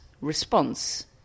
response